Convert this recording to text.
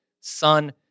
son